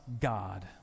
God